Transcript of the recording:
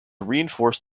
reinforce